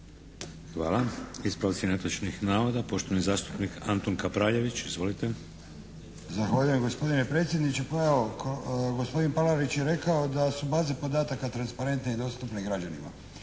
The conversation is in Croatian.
Hvala. Ispravci netočnih navoda, poštovani zastupnik Antun Kapraljević. Izvolite! **Kapraljević, Antun (HNS)** Zahvaljujem gospodine predsjedniče. Pa evo, gospodin Palarić je rekao da su baze podataka transparentne i dostupne građanima.